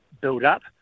build-up